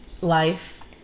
life